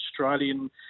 Australian